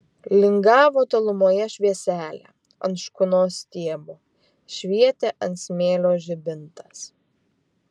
lingavo tolumoje švieselė ant škunos stiebo švietė ant smėlio žibintas